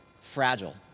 fragile